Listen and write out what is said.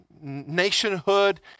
nationhood